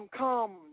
come